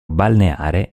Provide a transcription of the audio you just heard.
balneare